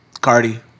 Cardi